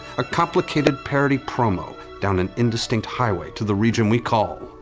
a complicated parody promo down an indistinct highway to the region we call